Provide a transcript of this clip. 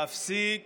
להפסיק